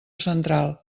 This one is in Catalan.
central